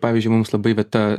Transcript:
pavyzdžiui mums labai vieta